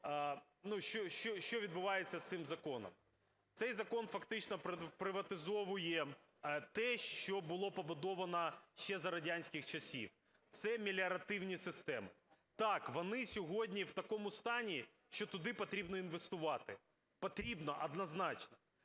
що відбувається з цим законом? Цей закон фактично приватизовує те, що було побудовано ще за радянських часів, - це меліоративні системи. Так, вони сьогодні в такому стані, що туди потрібно інвестувати. Потрібно однозначно.